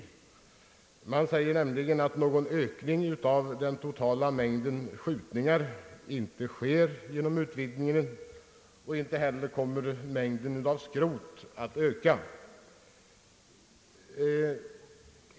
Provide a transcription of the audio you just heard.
Utskottet säger nämligen att någon ökning av den totala mängden skjutningar inte sker genom utvidgningen, och inte heller kommer mängden skrot att öka.